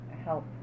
help